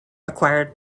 acquired